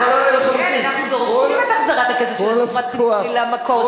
אנחנו דורשים את החזרת הכסף של הדיור הציבורי למקום.